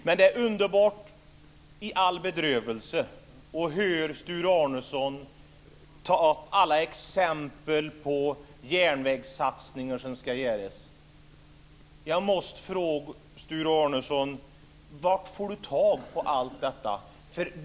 Men det är underbart i all bedrövelse att höra Sture Arnesson ta alla exempel på järnvägssatsningar som ska göras. Jag måste fråga Sture Arnesson var han får tag på allt detta.